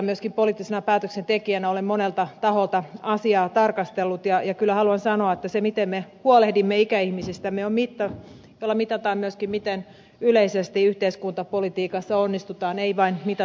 myöskin poliittisena päätöksentekijänä olen monelta taholta asiaa tarkastellut ja kyllä haluan sanoa että se miten me huolehdimme ikäihmisistämme on mitta jolla mitataan myöskin miten yleisesti yhteiskuntapolitiikassa onnistutaan ei mitata vain hallituksen onnistumista